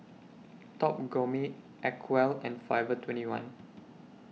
Top Gourmet Acwell and Forever twenty one